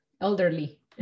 elderly